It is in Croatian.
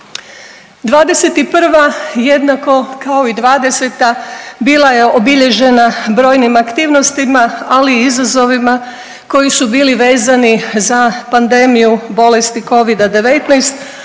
'21. jednako kao i '20.-ta bila je obilježena brojnim aktivnostima, ali i izazovima koji su bili vezani za pandemiju bolesti covida-19,